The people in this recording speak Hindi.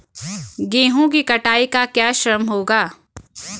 गेहूँ की कटाई का क्या श्रम होगा?